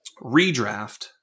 redraft